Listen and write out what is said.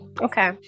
okay